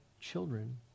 children